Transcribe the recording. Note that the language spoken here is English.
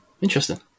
Interesting